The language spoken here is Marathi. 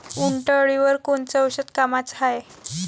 उंटअळीवर कोनचं औषध कामाचं हाये?